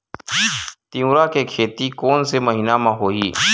तीवरा के खेती कोन से महिना म होही?